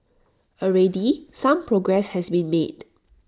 already some progress has been made